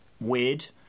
weird